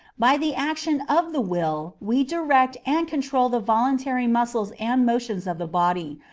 by the action of the will, we direct and control the voluntary muscles and motions of the body,